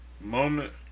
moment